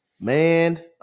man